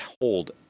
hold